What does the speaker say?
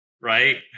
right